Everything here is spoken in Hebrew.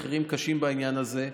מחירים קשים בעניין הזה.